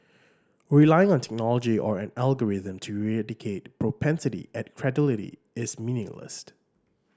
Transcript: relying on technology or an algorithm to eradicate propensity at credulity is meaningless